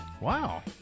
Wow